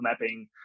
mapping